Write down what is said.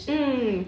mm